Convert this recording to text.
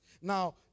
Now